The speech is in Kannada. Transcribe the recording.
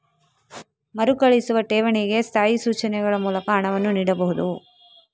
ಮರುಕಳಿಸುವ ಠೇವಣಿಗೆ ಸ್ಥಾಯಿ ಸೂಚನೆಗಳ ಮೂಲಕ ಹಣವನ್ನು ನೀಡಬಹುದು